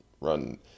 run